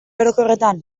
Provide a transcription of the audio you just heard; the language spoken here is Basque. orokorretan